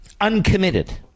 uncommitted